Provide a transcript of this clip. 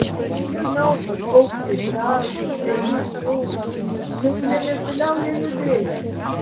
žinau kad paukščiai gražūs gražiai čiulba bet jie nesiliauja judėję